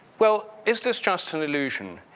well, is this just an illusion?